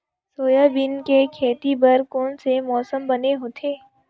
Soybean के खेती बर कोन से मौसम बने होथे?